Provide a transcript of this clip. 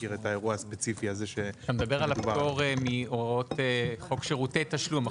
אתה מדבר על הפטור מהוראות חוק שירותי תשלום.